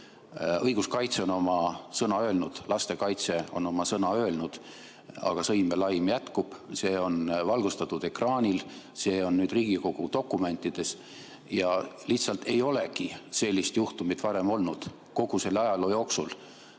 õiguskaitse on oma sõna öelnud, lastekaitse on oma sõna öelnud, aga sõim ja laim jätkub, see on valgustatud ekraanil, see on nüüd Riigikogu dokumentides. Lihtsalt ei olegi sellist juhtumit varem olnud kogu selle ajaloo jooksul,